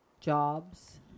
jobs